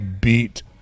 beat